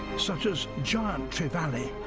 such as giant trevally.